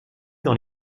dans